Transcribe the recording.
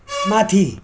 माथि